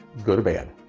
good or bad.